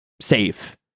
safe